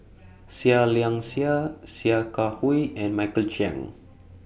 Seah Liang Seah Sia Kah Hui and Michael Chiang